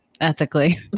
ethically